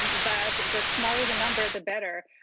um but the smaller the number, the better.